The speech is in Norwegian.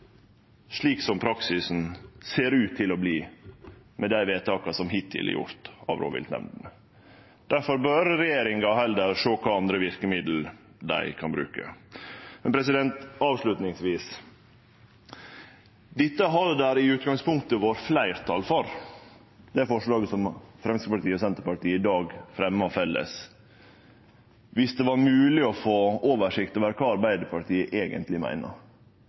slik som praksisen ser ut til å verte med dei vedtaka som hittil er gjorde av rovviltnemndene. Difor bør regjeringa heller sjå på kva for andre verkemiddel dei kan bruke. Avslutningsvis: Dette har det i utgangspunktet vore fleirtal for, det forslaget som Framstegspartiet og Senterpartiet i dag fremjar felles, dersom det var mogleg å få oversikt over kva Arbeidarpartiet eigentleg meiner.